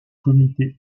comité